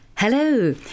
Hello